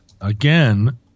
Again